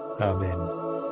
Amen